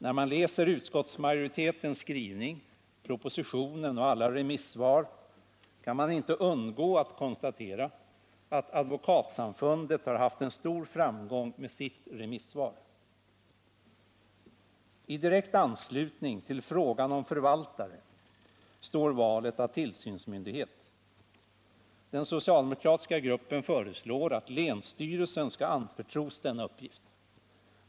När man läser utskottsmajoritetens skrivning, propositionen och alla remissvar kan man inte undgå att konstatera att Advokatsamfundet har haft en stor framgång med sitt remissvar. I direkt anslutning till frågan om förvaltare står valet av tillsynsmyndighet. Den socialdemokratiska gruppen föreslår att länsstyrelsen skall anförtros denna uppgift.